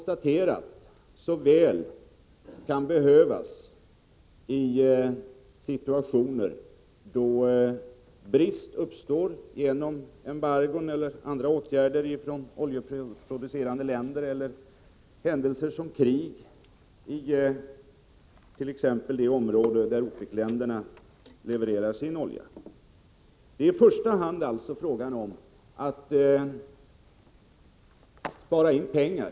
Oljan kan emellertid behövas i situationer då brist uppstår på grund av embargon eller andra åtgärder hos de oljeproducerande länderna eller då händelser som krig inträffar i t.ex. områden varifrån OPEC-länderna levererar sin olja. Det är alltså i första hand fråga om att spara in pengar.